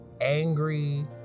angry